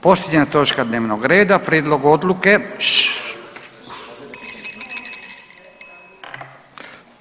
Posljednja točka dnevnog reda prijedlog odluke šššš.